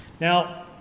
Now